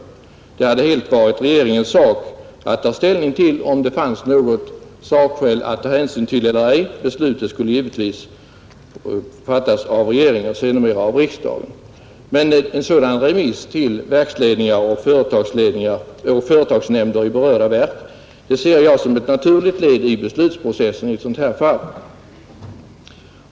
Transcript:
Det hade varit regeringens uppgift att avgöra om det finns något sakskäl att ta hänsyn till eller ej. Beslutet skulle givetvis sedermera fattas av regering och riksdag. Men en sådan remiss till verksledningar, företagsledningar och företagsnämnder i berörda verk ser jag som ett naturligt led i beslutsprocessen i ett fall som detta.